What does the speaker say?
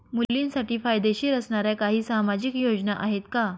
मुलींसाठी फायदेशीर असणाऱ्या काही सामाजिक योजना आहेत का?